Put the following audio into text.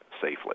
safely